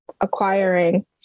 acquiring